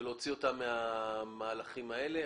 ולהוציא אותם מן המהלכים האלה,